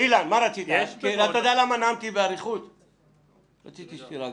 אילן, נאמתי באריכות כי רציתי שתירגע.